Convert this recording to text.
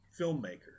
filmmaker